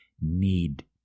need